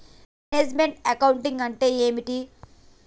Manage meant account అంటే ఏమిటి?